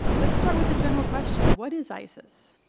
let's start with a general question what is isis?